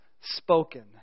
spoken